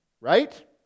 right